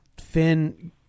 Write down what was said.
finn